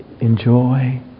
Enjoy